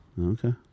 Okay